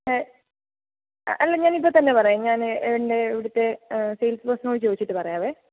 A അല്ല ഞാൻ ഇപ്പോൾ തന്നെ പറയാം ഞാൻ എൻ്റെ ഇവിടുത്തെ സെയിൽസ് ഗേൾസിനോട് ചോദിച്ചിട്ട് പറയാവെ